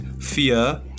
fear